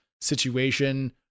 situation